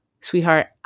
sweetheart